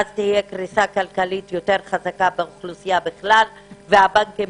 תהיה קריסה כלכלית יותר חזקה באוכלוסייה בכלל והבנקים